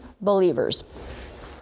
believers